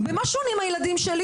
במה שונים הילדים שלי,